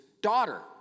daughter